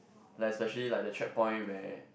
like especially like the checkpoint where